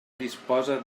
disposa